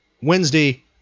Wednesday